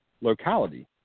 locality